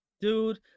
dude